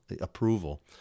approval